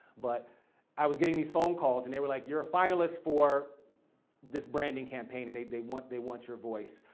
but i was getting these phone calls and they were like, you're a finalist for this branding campaign and they want they want your voice.